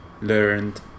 learned